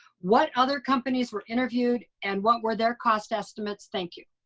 what other companies were interviewed and what were their cost estimates? thank you.